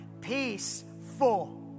peaceful